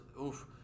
oof